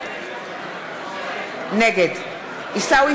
נגד עיסאווי